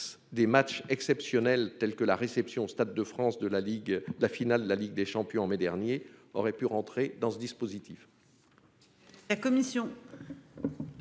des matchs exceptionnels tels que la réception au Stade de France de la finale de la Ligue des champions au mois de mai dernier auraient pu entrer dans le dispositif.